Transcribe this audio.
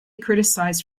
criticized